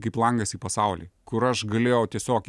kaip langas į pasaulį kur aš galėjau tiesiog